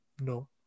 No